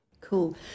Cool